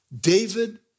David